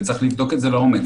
וצריך לבדוק את זה לעומק.